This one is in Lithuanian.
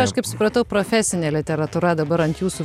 aš kaip supratau profesinė literatūra dabar ant jūsų